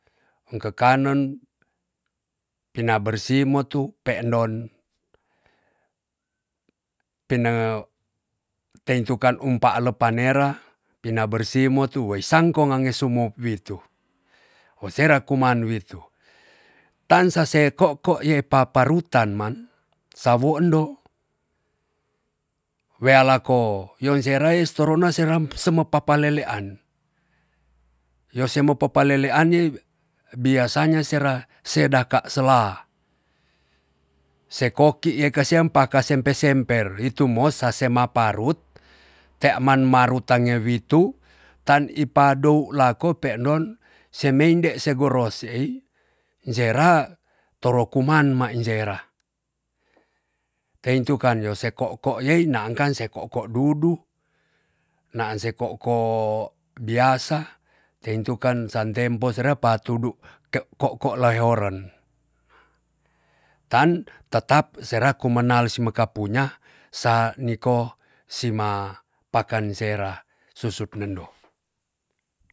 Un kekanen pina bersi mo tu pe endon pina teintukan umpa elepa nera, pina bersi mo tu weisangko ngange sumo witu. o sera kuman witu tan sase koko ye paparutan man, sawo endo wealako yon sera es torona seram sema papa lelean. yo semo papalelean ye biasanya sera sedaka sela. se koki ye kasian pakasempe semper itumo se maparut tea man maruten nge witu tan ipa dou lako pe endon semeinde se goros se ei, sera toro kuman mai sera teitukan yo se koko yei naan ke se koko dudu, naan se koko biasa teintukan san tempo serep patudu ke koko laihoren. tan tetap sera kumenal si meka punya sa niko sima pakan sera susut nendo.